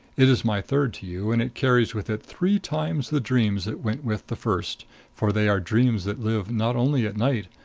it is my third to you, and it carries with it three times the dreams that went with the first for they are dreams that live not only at night,